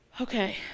Okay